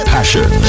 Passion